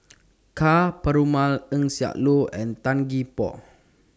Ka Perumal Eng Siak Loy and Tan Gee Paw